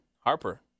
Harper